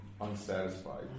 unsatisfied